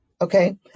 okay